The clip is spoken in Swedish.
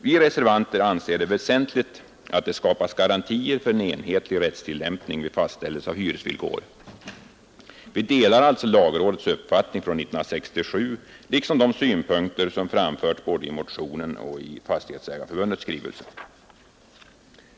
Vi reservanter anser det väsentligt att det skapas garantier för en enhetlig rättstillämpning vid fastställande av hyresvillkor. Vi delar alltså lagrådets uppfattning från 1967, liksom de synpunkter som framförts både i motionen och i Fastighetsägareförbundets skrivelse.